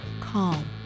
calm